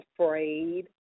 afraid